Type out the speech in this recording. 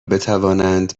بتوانند